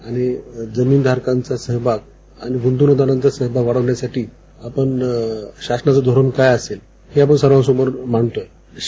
आणि जमीनधारकांचा सहभाग आणि गृंतवणूकधारकांचा सहभाग वाढविण्यासाठी आपण शासनाचं धोरण काय असेल हे आपण सर्वांसमोर मांडतो आहोत